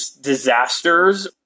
disasters